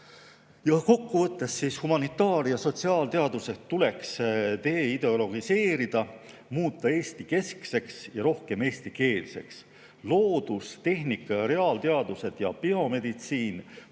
Kokkuvõttes. Humanitaar‑ ja sotsiaalteadused tuleks deideologiseerida, muuta Eesti-keskseks ja rohkem eestikeelseks. Loodus‑, tehnika‑ ja reaalteadused ja biomeditsiin tuleb